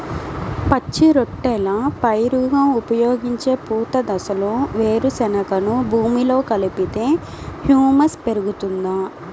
పచ్చి రొట్టెల పైరుగా ఉపయోగించే పూత దశలో వేరుశెనగను భూమిలో కలిపితే హ్యూమస్ పెరుగుతుందా?